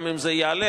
גם אם זה יעלה,